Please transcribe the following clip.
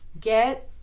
Get